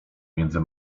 między